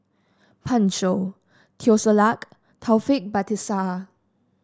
Pan Shou Teo Ser Luck Taufik Batisah